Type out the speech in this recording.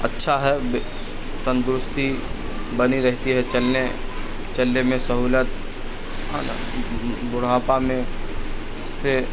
اچھا ہے بھی تندرستی بنی رہتی ہے چلنے چلنے میں سہولت ہاں نا بڑھاپا میں سے